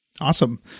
Awesome